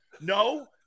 No